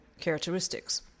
characteristics